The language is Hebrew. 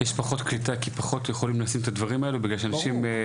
קליטה כי פחות יכולים לשים את הדברים האלה בגלל שאנשים מתנגדים.